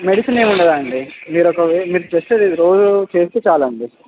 medicine ఏమీ ఉండదు అండి మీరు ఒకవే మీరు జస్ట్ రోజూ చేస్తే చాలు అండి